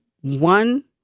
one